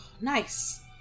Nice